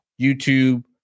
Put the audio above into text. youtube